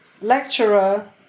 lecturer